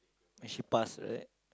actually pass like that